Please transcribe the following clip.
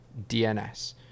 DNS